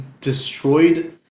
destroyed